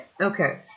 Okay